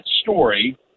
story